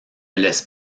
laisse